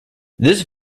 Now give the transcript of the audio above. this